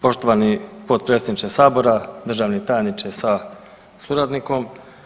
Poštovani potpredsjedniče Sabora, državni tajniče sa suradnikom.